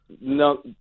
no